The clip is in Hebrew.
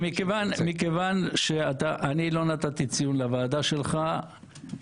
מכיוון שאני לא נתתי ציון לוועדה שלך,